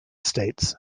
states